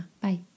Bye